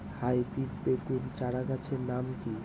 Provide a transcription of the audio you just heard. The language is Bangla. হাইব্রিড বেগুন চারাগাছের নাম কি?